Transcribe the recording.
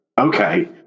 okay